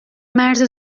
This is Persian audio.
مرز